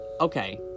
Okay